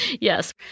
Yes